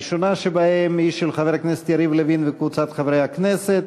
הראשונה שבהן היא של חבר הכנסת יריב לוין וקבוצת חברי הכנסת,